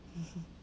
mmhmm